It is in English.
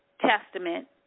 Testament